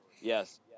Yes